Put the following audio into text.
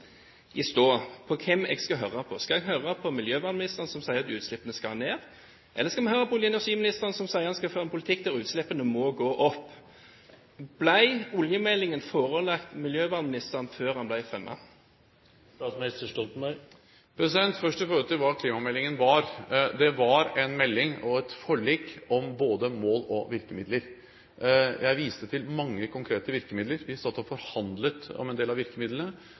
hvem jeg skal høre på? Skal jeg høre på miljøvernministeren som sier at utslippene skal ned? Eller: Skal vi høre på energiministeren som sier at vi skal føre en politikk der utslippene må gå opp? Ble oljemeldingen forelagt miljøvernministeren før den ble fremmet? Først til hva klimameldingen var: Det var en melding og et forlik om både mål og virkemidler. Jeg viste til mange konkrete virkemidler. Vi satt og forhandlet om en del av virkemidlene.